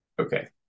Okay